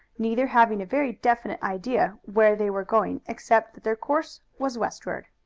neither having a very definite idea where they were going except that their course was westward.